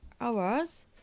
hours